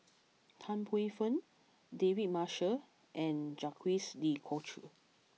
Tan Paey Fern David Marshall and Jacques De Coutre